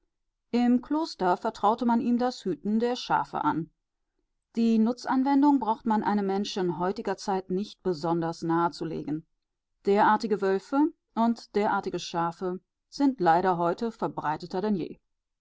im kloster vertraute man ihm das hüten der schafe an die nutzanwendung braucht man einem menschen heutiger zeit nicht besonders nahe zu legen derartige wölfe und derartige schafe sind leider heute verbreiteter denn je